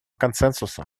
консенсуса